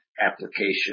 application